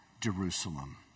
Jerusalem